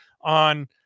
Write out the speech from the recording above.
on